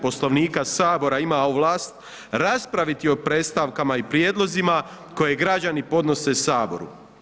Poslovnika Sabora ima ovlast raspraviti o predstavkama i prijedlozima koje građani podnose Saboru.